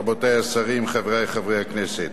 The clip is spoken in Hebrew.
רבותי השרים, חברי חברי הכנסת,